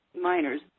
miners